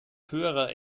höherer